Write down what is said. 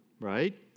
right